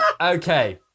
Okay